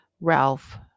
Ralph